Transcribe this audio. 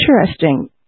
interesting